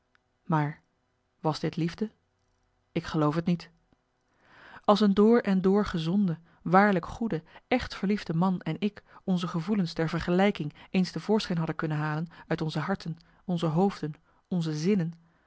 maar was dit liefde ik geloof t niet als een door en door gezonde waarlijk goede echt verliefde man en ik onze gevoelens ter vergelijking eens te voorschijn hadden kunnen halen uit onze harten onze hoofden onze zinnen